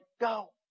go